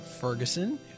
Ferguson